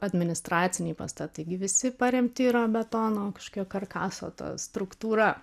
administraciniai pastatai gi visi paremti yra betono kažkokia karkaso ta struktūra